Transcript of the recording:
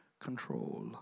control